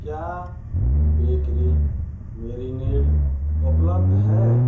क्या bakery marinade उपलब्ध है